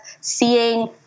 seeing